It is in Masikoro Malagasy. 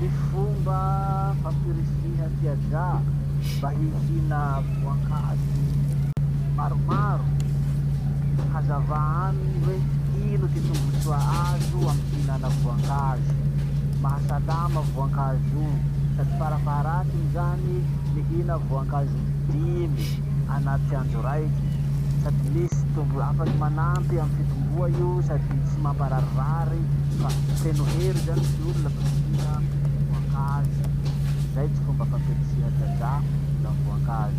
Ty fomba fampirisiha ty ajà mba hihina voankazo maromaro, hazavà aminy hoe ino ty tombotsoa azo amy fihinana voankazo. Mahasalama voankazo o. Sady farafaharatsiny zany, mihina voankazo limy anaty andro raiky. Sady misy tombo- afaky manampy amy fitomboa io sady tsy mampararirary fa feno hery zany ty olo lafa mihina voankazo.